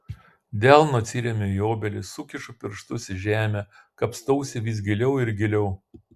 delnu atsiremiu į obelį sukišu pirštus į žemę kapstausi vis giliau ir giliau